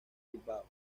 bilbao